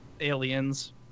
Aliens